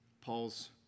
Paul's